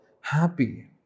happy